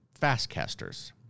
Fastcasters